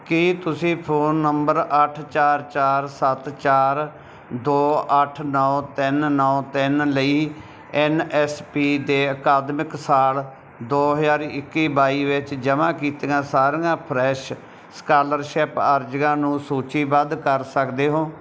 ਕੀ ਤੁਸੀਂ phone number ਅੱਠ ਚਾਰ ਚਾਰ ਸੱਤ ਚਾਰ ਦੋ ਅੱਠ ਨੌਂ ਤਿੰਨ ਨੌਂ ਤਿੰਨ ਲਈ ਐਨ ਐਸ ਪੀ ਦੇ ਅਕਾਦਮਿਕ ਸਾਲ ਦੋ ਹਜ਼ਾਰ ਇੱਕੀ ਬਾਈ ਵਿੱਚ ਜਮ੍ਹਾਂ ਕੀਤੀਆਂ ਸਾਰੀਆਂ ਫਰੈਸ਼ ਸਕਾਲਰਸ਼ਿਪ ਅਰਜ਼ੀਆਂ ਨੂੰ ਸੂਚੀਬੱਧ ਕਰ ਸਕਦੇ ਹੋ